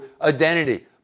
identity